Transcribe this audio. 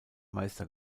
meister